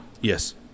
Yes